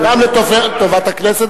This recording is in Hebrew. גם לטובת הכנסת,